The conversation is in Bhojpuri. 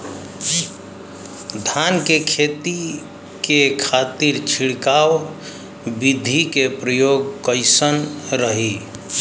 धान के खेती के खातीर छिड़काव विधी के प्रयोग कइसन रही?